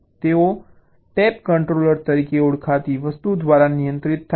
તેઓ tape controller તરીકે ઓળખાતી વસ્તુ દ્વારા નિયંત્રિત થાય છે